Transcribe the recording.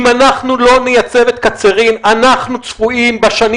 אם אנחנו לא נייצב את קצרין אנחנו צפויים בשנים